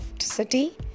city